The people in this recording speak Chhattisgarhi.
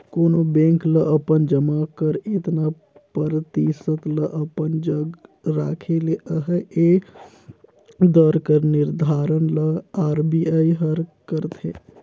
कोनो बेंक ल अपन जमा कर एतना परतिसत ल अपन जग राखे ले अहे ए दर कर निरधारन ल आर.बी.आई हर करथे